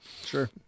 Sure